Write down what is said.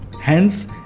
Hence